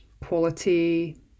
quality